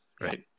right